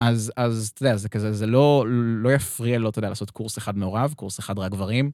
אז אתה יודע, זה כזה, זה לא יפריע לו, אתה יודע, לעשות קורס אחד מעורב, קורס אחד רק גברים.